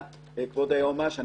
כבוד היועץ המשפטי לממשלה,